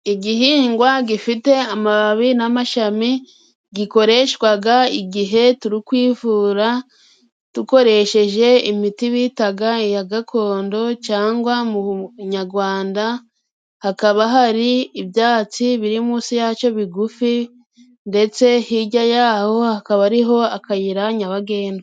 Igihingwa gifite amababi n'amashami, gikoreshwaga igihe turi kwivura dukoresheje imiti bitaga iya gakondo,, cyangwa mu bunyarwanda hakaba hari ibyatsi biri munsi yacyo bigufi ,ndetse hirya yaho hakaba ariho akayira nyabagendwa.